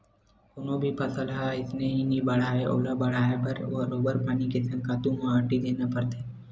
कोनो भी फसल ह अइसने ही नइ बाड़हय ओला बड़हाय बर बरोबर पानी के संग खातू माटी देना परथे